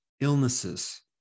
illnesses